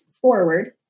forward